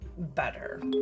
better